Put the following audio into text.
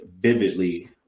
vividly